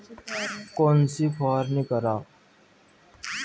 कोनची फवारणी कराव?